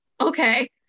Okay